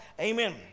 Amen